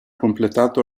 completato